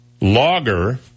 Logger